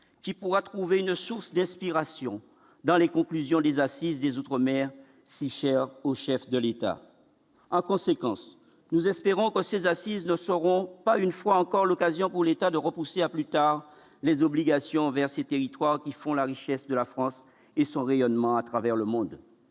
qui pourra trouver une source d'inspiration dans les conclusions des assises des outre-mer si chère au chef de l'État, en conséquence, nous espérons que ces assises ne sauront pas, une fois encore, l'occasion pour l'État de repousser à plus tard les obligations envers 6 territoires qui font la richesse de la France et son rayonnement à travers le monde